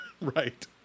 Right